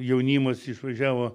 jaunimas išvažiavo